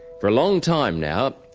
for a long time now,